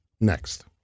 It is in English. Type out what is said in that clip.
next